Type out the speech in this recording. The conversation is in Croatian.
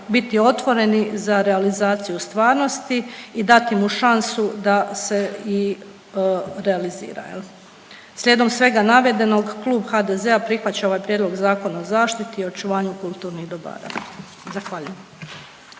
biti otvoreni za realizaciju stvarnosti i dati mu šansu da se i realizira. Slijedom svega navedenog klub HDZ-a prihvaća ovaj Prijedlog zakona o zaštiti i očuvanju kulturnih dobara. **Reiner,